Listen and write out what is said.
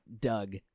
Doug